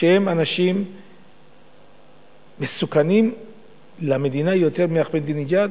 שהם אנשים מסוכנים למדינה יותר מאחמדינג'אד?